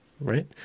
Right